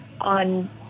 on